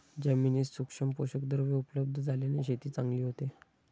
जमिनीत सूक्ष्म पोषकद्रव्ये उपलब्ध झाल्याने शेती चांगली होते